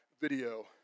video